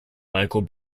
michael